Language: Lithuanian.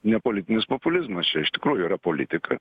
ne politinis populizmas čia iš tikrųjų yra politika